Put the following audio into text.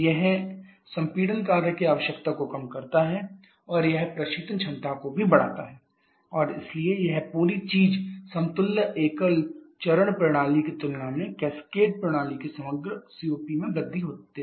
यह संपीड़न कार्य की आवश्यकता को कम करता है और यह प्रशीतन क्षमता को भी बढ़ाता है और इसलिए यह पूरी चीज समतुल्य एकल चरण प्रणाली की तुलना में कैस्केड प्रणाली के समग्र सीओपी में वृद्धि देती है